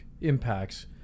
impacts